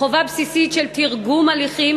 הקדמת מועד תשלום המענק),